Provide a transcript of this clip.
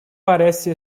parece